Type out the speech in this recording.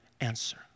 answer